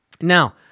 Now